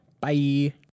Bye